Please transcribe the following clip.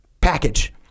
package